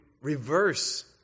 reverse